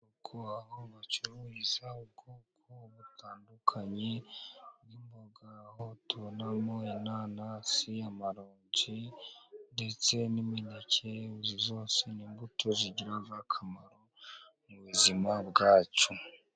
Kuko aho bacururiza ubwoko butandukanye bw'imboga, aho tubonamo inanasi, amaronji ndetse n'imineke, zose ni imbuto zigira akamaro mu buzima bwacu.